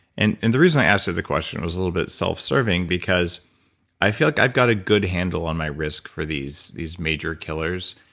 and and the reason i asked you the question was a little bit self-serving, because i feel like i've got a good handle on my risk for these these major killers,